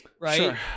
right